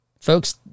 folks